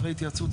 אחרי התייעצות",